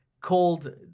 called